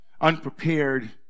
Unprepared